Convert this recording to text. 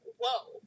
whoa